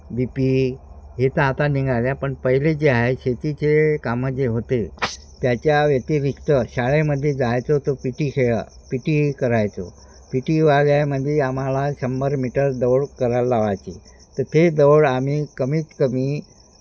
बी P हे तर आता निघाल्या पण पहिले जे आहे शेतीचे कामं जे होते त्याच्या व्यतिरिक्त शाळेमध्ये जायचो तो पी टी खेळा पी टी करायचो पी टीवाल्यामध्ये आम्हाला शंभर मीटर दौड करायला लावायची तर ते दौड आम्ही कमीत कमी